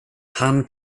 han